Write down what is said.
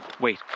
Wait